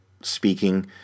speaking